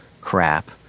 crap